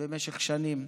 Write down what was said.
במשך שנים.